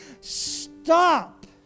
Stop